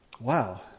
Wow